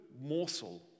morsel